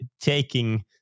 taking